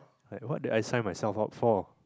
like what did I sign myself up for